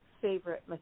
favorite